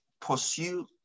pursue